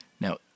now